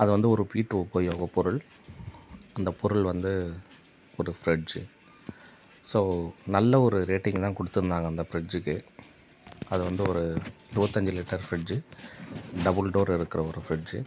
அது வந்து ஒரு வீட்டு உபயோகப் பொருள் அந்த பொருள் வந்து ஒரு ஃப்ரிட்ஜ் ஸோ நல்ல ஒரு ரேட்டிங் தான் கொடுத்துருந்தாங்க அந்த ஃப்ரிட்ஜுக்கு அது வந்து ஒரு இருபத்தஞ்சு லிட்டர் ஃப்ரிட்ஜு டபுள் டோர் இருக்கிற ஒரு ஃப்ரிட்ஜு